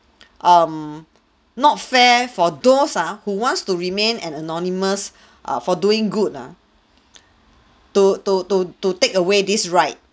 um not fair for those ah who wants to remain an anonymous err for doing good lah to to to to take away this right